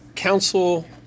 Council